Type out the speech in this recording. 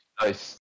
Nice